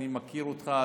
אני מכיר אותך,